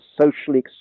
socially